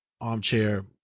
armchair